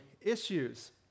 issues